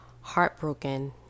heartbroken